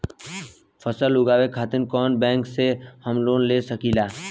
फसल उगावे खतिर का बैंक से हम लोन ले सकीला?